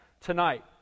tonight